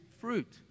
fruit